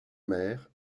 mère